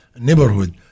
neighborhood